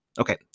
Okay